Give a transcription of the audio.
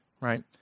right